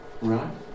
Right